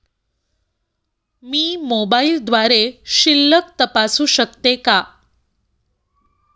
मी मोबाइलद्वारे शिल्लक तपासू शकते का?